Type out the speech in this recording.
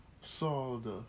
Solder